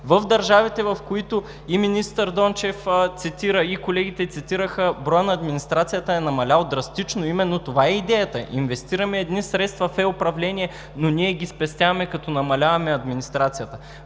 В държавите, в които и министър Дончев цитира, и колегите цитираха, броят на администрацията е намалял драстично. Именно това е идеята – инвестираме едни средства в е-управление, но ние ги спестяваме като намаляваме администрацията.